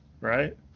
right